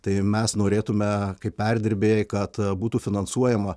tai mes norėtume kaip perdirbėjai kad būtų finansuojama